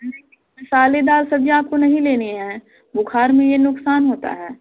मसालेदार सब्जियां आपको नहीं लेनी है बुखार में ये नुकसान होता है